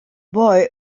boy